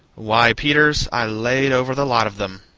why, peters, i laid over the lot of them!